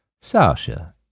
Sasha